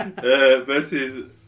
Versus